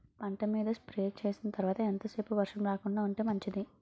పంట మీద స్ప్రే చేసిన తర్వాత ఎంత సేపు వర్షం రాకుండ ఉంటే మంచిది?